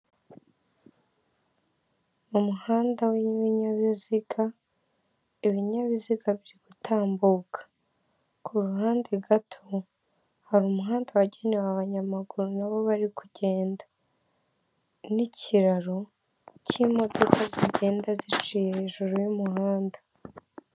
Umuhanda w'ibinyabiziga, ibinyabiziga biri gutambuka. Ku ruhande gato, hari umuhanda wagenewe abanyamaguru na bo bari kugenda. N'ikiraro cy'imodoka zigenda ziciye hejuru y'umuhanda.